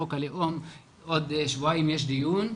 חוק הלאום, עוד שבועיים יש דיון.